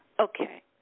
Okay